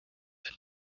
and